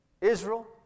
Israel